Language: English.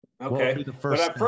Okay